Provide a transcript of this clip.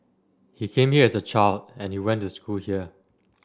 he came here as a child and he went to school here